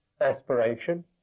aspiration